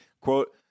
quote